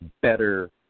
better